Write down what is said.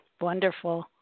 Wonderful